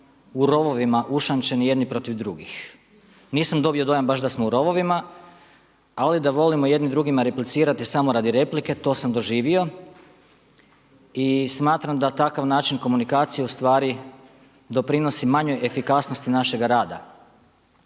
u rovovima ušamčeni jedni protiv drugih. Nisam dobio dojam baš da smo u rovovima ali da volimo jedni drugima replicirati samo radi replike to sam doživio. I smatram da takav način komunikacije u stvari doprinosi manjoj efikasnosti našega rada.